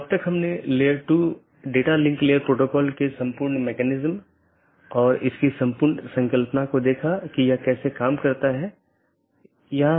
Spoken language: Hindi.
आज हमने जो चर्चा की है वह BGP रूटिंग प्रोटोकॉल की अलग अलग विशेषता यह कैसे परिभाषित किया जा सकता है कि कैसे पथ परिभाषित किया जाता है इत्यादि